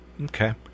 Okay